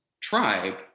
tribe